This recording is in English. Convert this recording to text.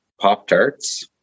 Pop-Tarts